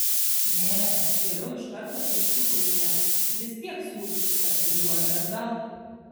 ne geriau iš karto į psichuškę vis tiek siųs teks važiuoti atgal